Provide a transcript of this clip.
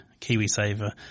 Kiwisaver